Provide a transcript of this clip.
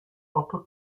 upper